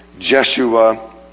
Jeshua